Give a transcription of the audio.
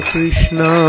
Krishna